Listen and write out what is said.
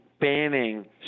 banning